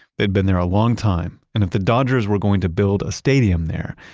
they'd been there a long time and if the dodgers were going to build a stadium there,